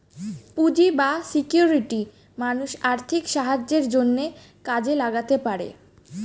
পুঁজি বা সিকিউরিটি মানুষ আর্থিক সাহায্যের জন্যে কাজে লাগাতে পারে